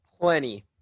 Plenty